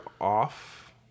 off